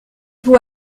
vaut